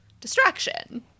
distraction